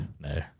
No